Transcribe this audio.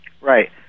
Right